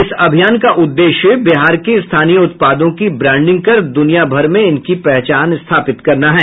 इस अभियान का उद्देश्य बिहार के स्थानीय उत्पादों की ब्रांडिंग कर दुनियाभर में इनकी पहचान स्थापित करना है